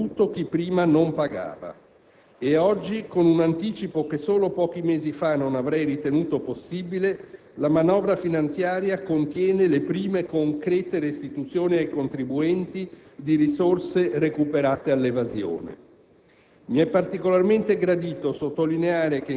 No: semplicemente paga il dovuto chi prima non pagava. E oggi, con un anticipo che solo pochi mesi fa non avrei ritenuto possibile, la manovra finanziaria contiene le prime concrete "restituzioni" ai contribuenti di risorse recuperate all'evasione.